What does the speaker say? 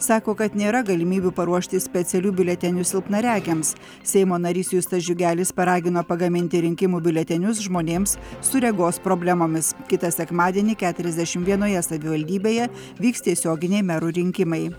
sako kad nėra galimybių paruošti specialių biuletenių silpnaregiams seimo narys justas džiugelis paragino pagaminti rinkimų biuletenius žmonėms su regos problemomis kitą sekmadienį keturiasdešim vienoje savivaldybėje vyks tiesioginiai merų rinkimai